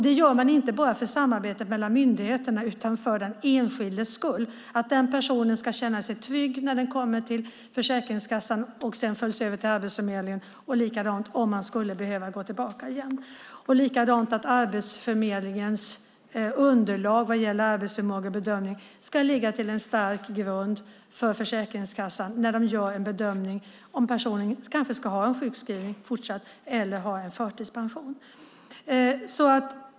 Det gör man inte bara för samarbetet mellan myndigheterna utan för den enskildes skull. Den personen ska känna sig trygg när den kommer till Försäkringskassan och sedan förs över till Arbetsförmedlingen och likadant om den skulle behöva gå tillbaka igen. På samma sätt ska Arbetsförmedlingens underlag vad gäller arbetsförmågebedömning ligga till en stark grund för Försäkringskassan när den gör en bedömning om personen kanske ska ha en fortsatt sjukskrivning eller en förtidspension.